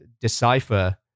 Decipher